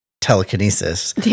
telekinesis